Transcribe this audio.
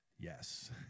Yes